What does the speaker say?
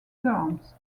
terms